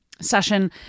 session